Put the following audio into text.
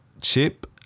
Chip